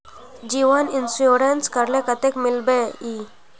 जीवन इंश्योरेंस करले कतेक मिलबे ई?